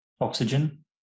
oxygen